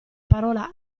parola